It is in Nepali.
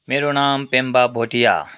मेरो नाम पेम्बा भोटिया